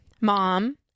Mom